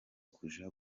kuja